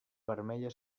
vermella